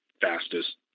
fastest